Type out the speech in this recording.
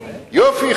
יופי,